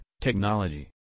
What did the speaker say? technology